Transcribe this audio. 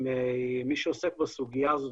מי שעוסק בסוגיה הזאת,